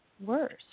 worse